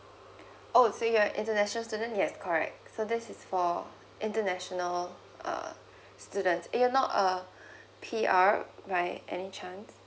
oh so you are international student yes correct so this is for international err students eh you are not a P_R right any chance